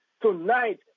tonight